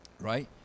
right